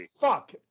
Fuck